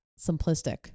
simplistic